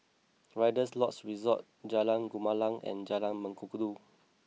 Rider's Lodge Resort Jalan Gumilang and Jalan Mengkudu